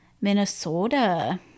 Minnesota